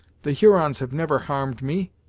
the hurons have never harmed me,